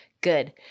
Good